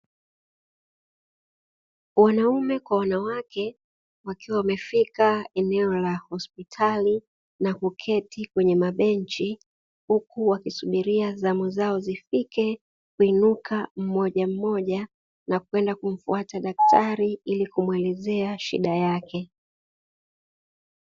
Wanaume kwa wanawake wakiwa wamefika eneo la hospitali na kuketi kwenye mabenchi huku wakisubiria zamu zao zifike kuinuka mmojammoja na kwenda kumfuata daktari ili kumwelezea shida yake.